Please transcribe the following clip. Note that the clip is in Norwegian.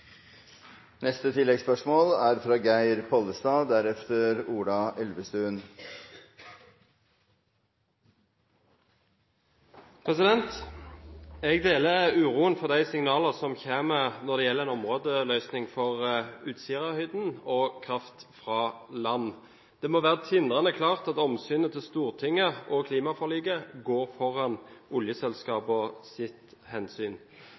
Geir Pollestad – til oppfølgingsspørsmål. Jeg deler uroen for de signalene som kommer når det gjelder en områdeløsning for Utsirahøyden og kraft fra land. Det må være tindrende klart at hensynet til Stortinget og klimaforliket går foran